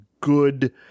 good